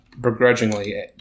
begrudgingly